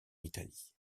italie